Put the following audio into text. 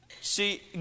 See